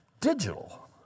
Digital